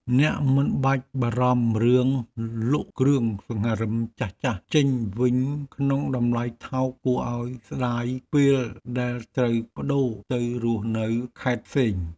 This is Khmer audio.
អ្នកមិនបាច់បារម្ភរឿងលក់គ្រឿងសង្ហារិមចាស់ៗចេញវិញក្នុងតម្លៃថោកគួរឱ្យស្ដាយពេលដែលត្រូវប្ដូរទៅរស់នៅខេត្តផ្សេង។